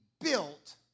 built